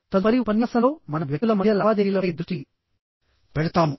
తదుపరి ఉపన్యాసంలో మనం వ్యక్తుల మధ్య లావాదేవీలపై దృష్టి పెడతాము